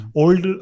old